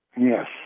Yes